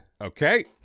Okay